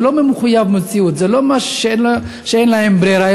זה לא מחויב המציאות, זה לא משהו שאין להם ברירה.